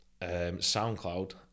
SoundCloud